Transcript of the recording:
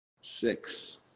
six